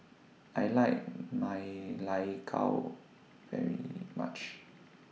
I like Ma Lai Gao very much